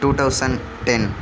two thousand ten